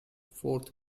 fourth